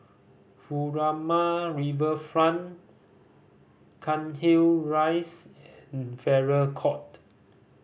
Furama Riverfront Cairnhill Rise and Farrer Court